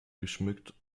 geschmückt